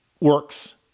works